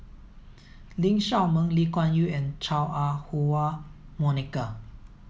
Lee Shao Meng Lee Kuan Yew and Chua Ah Huwa Monica